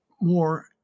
more